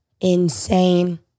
insane